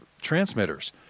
transmitters